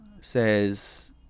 says